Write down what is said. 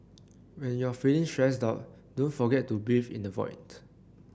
when you are feeling stressed out don't forget to breathe in the void